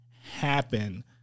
happen